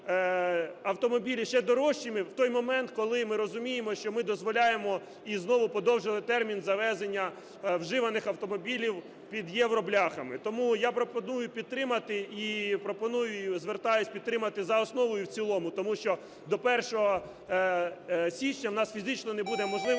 автомобілі ще дорожчими в той момент, коли ми розуміємо, що ми дозволяємо і знову подовжили термін завезення вживаних автомобілів під "євробляхами". Тому я пропоную підтримати і пропоную, звертаюсь підтримати за основу і в цілому. Тому що до 1 січня у нас фізично не буде можливості